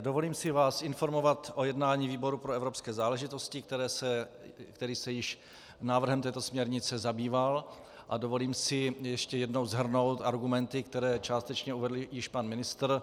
Dovolím si vás informovat o jednání výboru pro evropské záležitosti, který se již návrhem této směrnice zabýval, a dovolím si ještě jednou shrnout argumenty, které částečně uvedl již pan ministr.